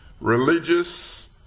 religious